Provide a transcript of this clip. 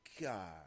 god